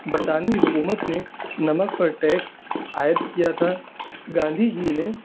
برطانوی حکومت نے نمک پر ٹیکس عائد کیا تھا گاندھی جی نے